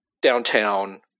downtown